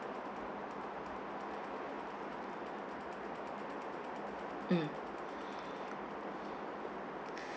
mm